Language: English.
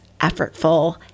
effortful